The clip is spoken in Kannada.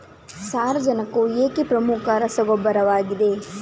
ಸಾರಜನಕವು ಏಕೆ ಪ್ರಮುಖ ರಸಗೊಬ್ಬರವಾಗಿದೆ?